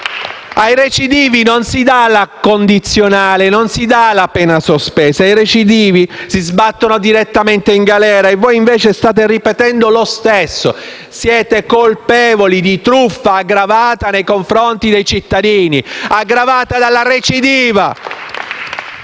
ai recidivi non si dà la condizionale, non si dà la pena sospesa. I recidivi si sbattono direttamente in galera. Voi, invece, state ripetendo lo stesso errore: siete colpevoli di truffa aggravata nei confronti dei cittadini, aggravata dalla recidiva!